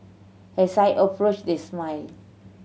as I approached they smiled